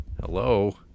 Hello